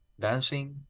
dancing